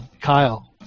Kyle